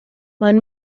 mein